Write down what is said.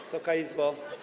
Wysoka Izbo!